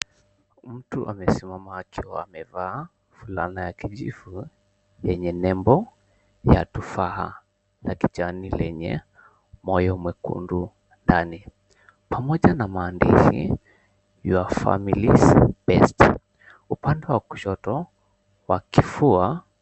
Mtu amesimama akiwa amevaa fulana ya kijivu yenye nembo ya tufaha na kijani lenye moyo mwekundu ndani. Pamoja na maandishi, Your Family's Best, upande wa kushoto wa kifua.